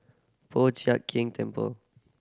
Po Chiak Keng Temple